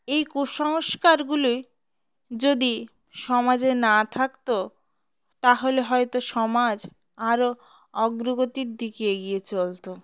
এই কুসংস্কারগুলি যদি সমাজে না থাকত তাহলে হয়তো সমাজ আরও অগ্রগতির দিকে এগিয়ে চলতো